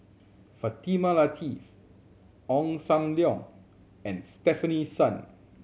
Fatimah Lateef Ong Sam Leong and Stefanie Sun